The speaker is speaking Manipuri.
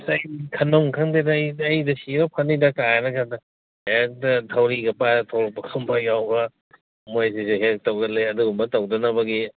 ꯑꯁ ꯑꯩ ꯈꯟꯕꯝ ꯈꯪꯗꯦꯗ ꯑꯩ ꯑꯩꯗ ꯁꯤꯔ ꯐꯅꯤꯗꯒꯥꯏꯅꯒ ꯈꯟꯕ ꯍꯦꯛꯇ ꯊꯧꯔꯤꯒ ꯄꯥꯏꯔ ꯊꯣꯂꯛꯄ ꯀꯥꯡꯒꯨ ꯌꯥꯎꯕ ꯃꯣꯏꯁꯤꯗꯤ ꯍꯦꯛ ꯇꯧꯒꯜꯂꯦ ꯑꯗꯨꯒꯨꯝꯕ ꯇꯧꯗꯅꯕꯒꯤ